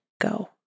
go